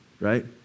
right